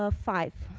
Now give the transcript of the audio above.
ah five.